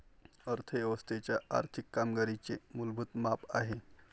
अर्थ व्यवस्थेच्या आर्थिक कामगिरीचे मूलभूत माप आहे